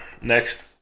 next